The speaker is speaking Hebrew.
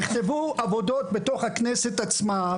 נכתבו עבודות בתוך הכנסת עצמה,